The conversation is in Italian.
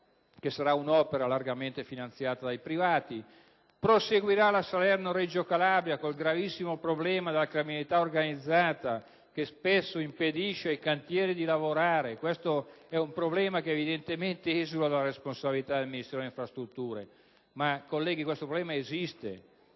che sarà un'opera largamente finanziata dai privati; proseguirà la Salerno-Reggio Calabria, nonostante il gravissimo problema della criminalità organizzata che spesso impedisce ai cantieri di lavorare. Questo è un problema che evidentemente esula dalla responsabilità del Ministero delle infrastrutture, ma è un problema reale